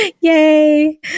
Yay